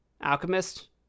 alchemist